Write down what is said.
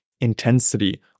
intensity